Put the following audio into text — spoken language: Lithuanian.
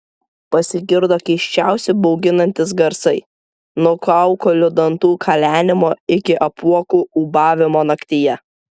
pasigirdo keisčiausi bauginantys garsai nuo kaukolių dantų kalenimo iki apuokų ūbavimo naktyje